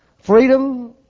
Freedom